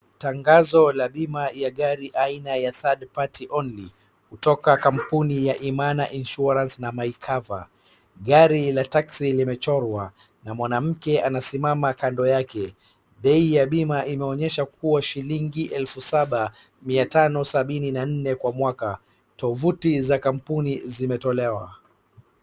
Tangazo la bima ya gari aina ya third party only kutoka kampuni ya Imana insurance na my cover . Gari la teksi limechorwa na mwanamke anasimama kando yake. Bei ya bima inaonyesha kuwa shillingi elfu saba, mia tano sabini na nne kwa mwaka. Tovuti za kampuni zimetolewa.